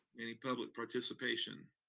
any public participation?